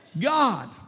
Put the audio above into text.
God